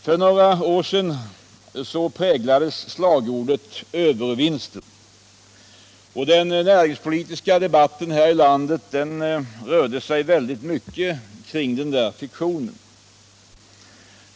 För några år sedan präglades slagordet övervinster, och den näringspolitiska debatten här i landet rörde sig mycket kring den fiktionen.